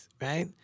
right